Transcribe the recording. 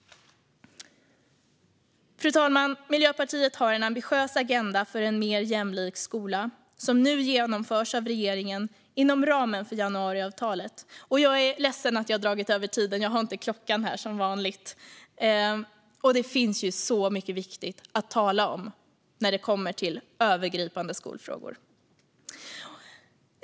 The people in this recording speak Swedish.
Fru talman! Miljöpartiet har en ambitiös agenda för en mer jämlik skola som nu genomförs av regeringen inom ramen för januariavtalet, och det finns så mycket viktigt att tala om när det gäller övergripande skolfrågor.